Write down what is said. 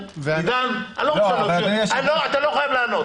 עידן, אתה לא חייב לענות.